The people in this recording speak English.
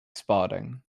spotting